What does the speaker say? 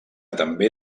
també